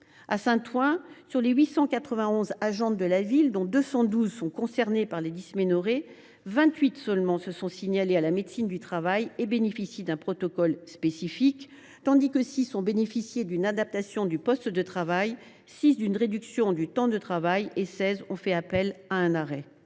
Seine, sur les 891 agentes de la ville, 212 sont concernées par les dysménorrhées : 28 seulement se sont signalées à la médecine du travail et bénéficient d’un protocole spécifique, tandis que 6 ont bénéficié d’une adaptation de leur poste de travail, 6 d’une réduction du temps de travail et 16 ont eu recours à un arrêt